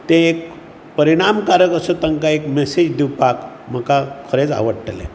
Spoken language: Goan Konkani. ते एक परिणामकारक असो तांकां एक मॅसेज दिवपाक म्हाका खरेंच आवडटलें